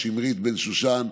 שמרית בן שושן,